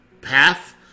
path